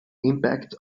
impact